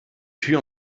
tür